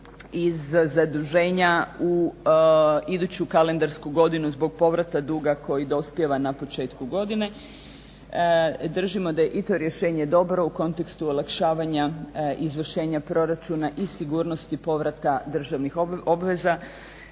iz zaduženja u iduću kalendarsku godinu zbog povrata duga koji dospijeva na početku godine, držimo da je i to rješenje dobro u kontekstu izvršavanja izvršenja proračuna i sigurnosti povrata državnih obveza